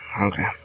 Okay